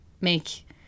make